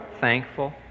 thankful